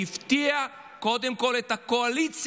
והיא הפתיעה קודם כול את הקואליציה,